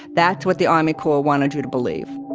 that's what the army corps wanted you to believe